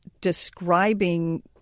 describing